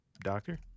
Doctor